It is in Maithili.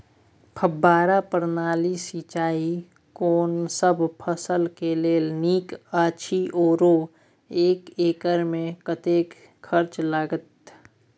फब्बारा प्रणाली सिंचाई कोनसब फसल के लेल नीक अछि आरो एक एकर मे कतेक खर्च लागत?